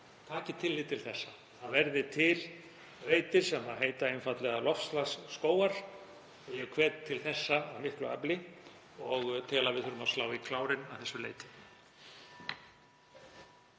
taki tillit til þessa, að það verði til reitir sem heiti einfaldlega loftslagsskógar. Ég hvet til þess af miklu afli og tel að við þurfum að slá í klárinn að þessu leyti.